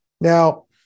Now